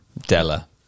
Della